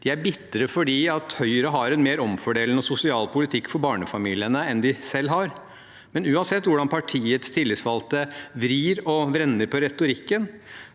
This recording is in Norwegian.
De er bitre fordi Høyre har en mer omfordelende og sosial politikk for barnefamiliene enn de har selv. Men uansett hvordan partiets tillitsvalgte vrir og vender på retorikken,